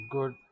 Good